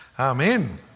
Amen